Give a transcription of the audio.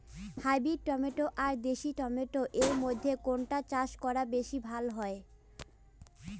Hybrid tomato আর দেশি tomato এর মইধ্যে কোনটা চাষ করা বেশি লাভ হয়?